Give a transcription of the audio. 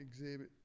exhibit